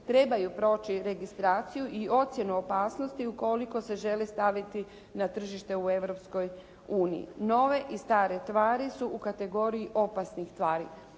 trebaju proći registraciju i ocjenu opasnosti ukoliko se želi staviti na tržište u Europskoj uniji. Nove i stare tvari su u kategoriji opasnih tvari.